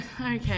okay